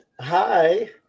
hi